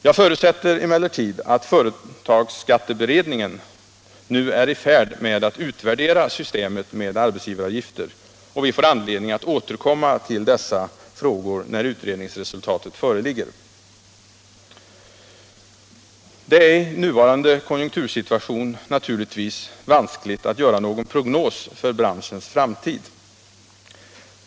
Jag förutsätter emellertid att företagsskatteberedningen nu är i färd med att utvärdera systemet med arbetsgivaravgifter. Vi får anledning att återkomma till dessa frågor när utredningsresultatet föreligger. Det är i nuvarande konjunktursituation naturligtvis vanskligt att göra någon prognos för branschens framtid.